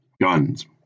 guns